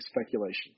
speculation